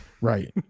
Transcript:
Right